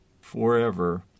forever